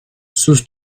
sus